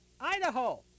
Idaho